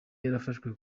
yarafashwe